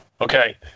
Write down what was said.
Okay